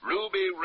Ruby